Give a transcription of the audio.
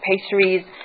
pastries